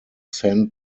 sent